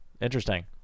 Interesting